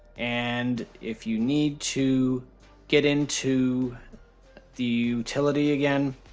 and if you need to get into the utility again,